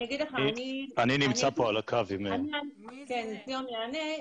ציון יענה.